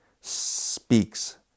speaks